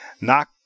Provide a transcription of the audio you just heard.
Knock